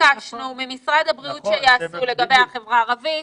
שביקשנו ממשרד הבריאות לעשות לגבי החברה הערבית,